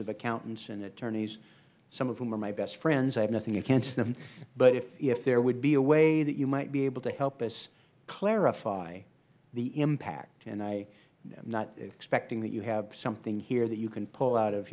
of accountants and attorneys some of whom are my best friends i have nothing against them but if there would be a way that you might be able to help us clarify the impact and i am not expecting that you have something here that you can pull out of